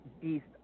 beast